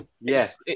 Yes